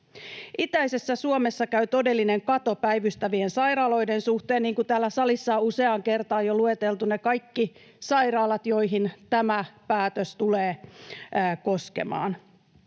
Itäisessä Suomessa käy todellinen kato päivystävien sairaaloiden suhteen, niin kuin täällä salissa on useaan kertaan jo lueteltu ne kaikki sairaalat, joita tämä päätös tulee koskemaan.